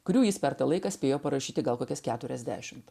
kurių jis per tą laiką spėjo parašyti gal kokias keturiasdešimt